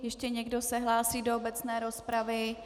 Ještě někdo se hlásí do obecné rozpravy?